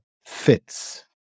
fits